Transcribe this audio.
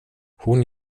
hon